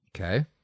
Okay